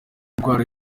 indwara